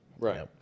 Right